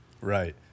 Right